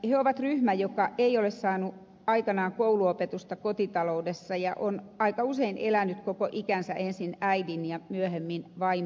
he ovat ryhmä joka ei ole saanut aikanaan kouluopetusta kotitaloudessa ja on aika usein elänyt koko ikänsä ensin äidin ja myöhemmin vaimon huollossa